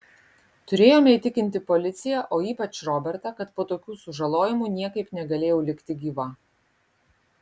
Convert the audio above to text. turėjome įtikinti policiją o ypač robertą kad po tokių sužalojimų niekaip negalėjau likti gyva